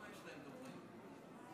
כמה דוברים יש להם?